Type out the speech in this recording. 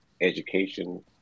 education